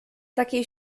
takiej